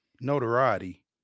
notoriety